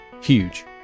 Huge